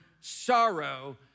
sorrow